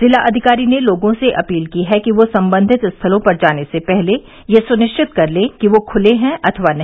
जिलाधिकारी ने लोगों से अपील की है कि वे सम्बंधित स्थलों पर जाने से पहले यह सुनिश्चित कर लें कि वे खुले हैं अथवा नहीं